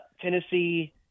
Tennessee